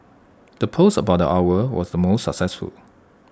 the post about the owl was the most successful